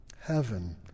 heaven